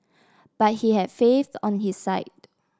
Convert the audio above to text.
but he had faith on his side